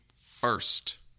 first